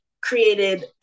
created